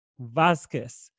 Vazquez